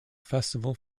festival